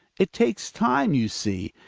it takes time, you see.